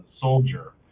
soldier